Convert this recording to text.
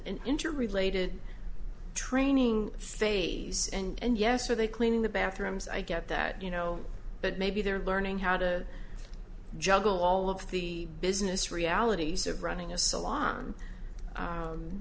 interrelated training phase and yes are they cleaning the bathrooms i get that you know but maybe they're learning how to juggle all of the business realities of running a salon